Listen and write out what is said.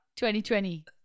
2020